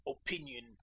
opinion